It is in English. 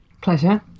Pleasure